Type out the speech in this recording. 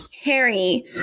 Harry